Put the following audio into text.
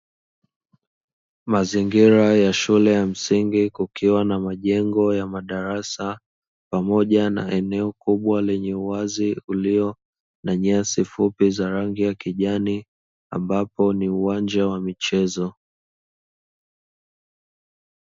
Mazingira ya shule ya msingi kukiwa na majengo ya madarasa pamoja na eneo kubwa lenye uwazi wa nyasi fupi za rangi ya kijani ambapo ni uwanja wa michezo.